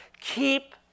keep